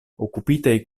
okupitaj